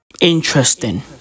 Interesting